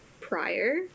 prior